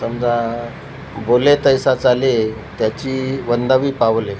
समजा बोले तैसा चाले त्याची वंदावी पाऊले